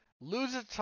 Loses